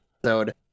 episode